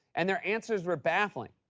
and their answers were baffling.